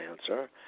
answer